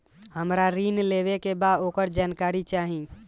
हमरा ऋण लेवे के बा वोकर जानकारी चाही